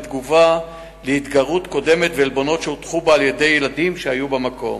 בתגובה להתגרות קודמת ועלבונות שהוטחו בה על-ידי ילדים שהיו במקום.